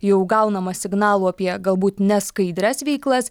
jau gaunama signalų apie galbūt neskaidrias veiklas